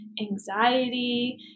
anxiety